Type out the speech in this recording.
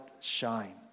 shine